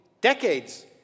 decades